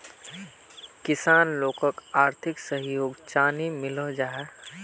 किसान लोगोक आर्थिक सहयोग चाँ नी मिलोहो जाहा?